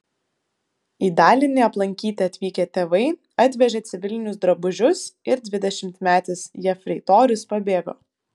į dalinį aplankyti atvykę tėvai atvežė civilinius drabužius ir dvidešimtmetis jefreitorius pabėgo